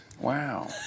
Wow